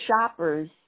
shopper's